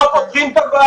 אתם לא פותרים את הבעיה.